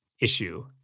issue